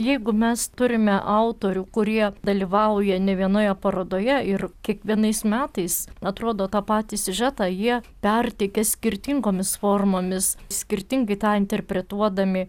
jeigu mes turime autorių kurie dalyvauja ne vienoje parodoje ir kiekvienais metais atrodo tą patį siužetą jie perteikia skirtingomis formomis skirtingai tą interpretuodami